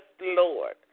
Lord